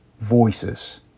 voices